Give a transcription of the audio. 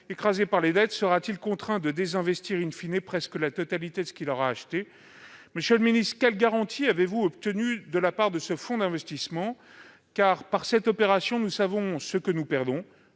Écrasé par les dettes, sera-t-il contraint de désinvestir presque la totalité de ce qu'il aura acheté ? Monsieur le ministre, quelles garanties avez-vous obtenues de la part de ce fonds d'investissement ? En effet, dans cette opération, nous savons ce que nous perdons-